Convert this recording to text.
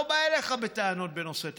אני לא בא אליך בטענות בנושא תקציבים.